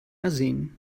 arsen